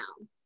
now